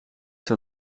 zou